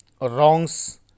wrongs